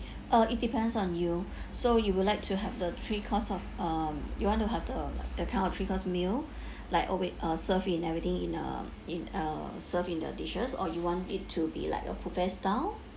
uh it depends on you so you would like to have the three course of um you want to have the like the kind of three course meal like all it uh serve in everything in a in uh serve in a dishes or you want it to be like a buffet style